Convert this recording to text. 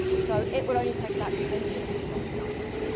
so it will only take about ten years to cross the arctic.